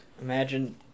Imagine